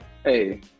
Hey